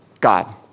God